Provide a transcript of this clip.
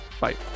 bye